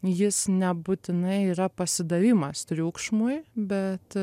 jis nebūtinai yra pasidavimas triukšmui bet